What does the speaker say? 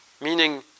meaning